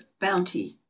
bounty